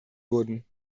wurden